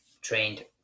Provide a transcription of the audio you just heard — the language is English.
trained